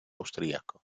austriaco